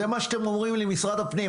זה מה שאומר לי משרד הפנים.